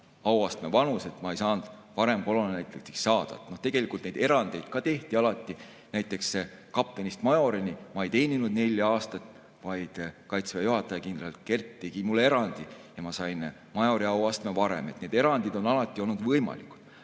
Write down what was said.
auastme vanus, ma ei saanud varem kolonelleitnandiks saada. Tegelikult erandeid tehti ka alati, näiteks kaptenist majorini ei teeninud ma nelja aastat, vaid Kaitseväe juhataja kindral Kert tegi mulle erandi ja ma sain majori auastme varem. Erandid on alati olnud võimalikud.